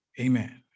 Amen